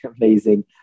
amazing